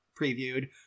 previewed